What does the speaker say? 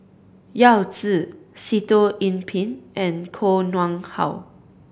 Yao Zi Sitoh Yih Pin and Koh Nguang How